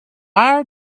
are